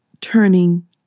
turning